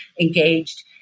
engaged